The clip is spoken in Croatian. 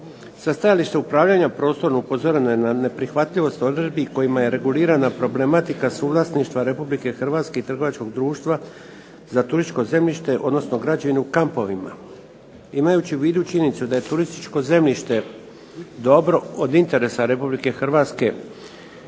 Sa stajališta upravljanja prostorom upozoreno je na neprihvatljivost odredbi kojima je regulirana problematika suvlasništva Republike Hrvatske i trgovačkog društva za turističko zemljište, odnosno građevinu kampovima. Imajući u vidu činjenicu da je turističko zemljište dobro, od interesa RH